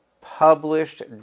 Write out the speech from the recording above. published